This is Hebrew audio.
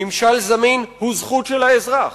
ממשל זמין הוא זכות של האזרח.